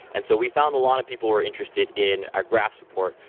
and so we found a lot of people were interested in our graph support,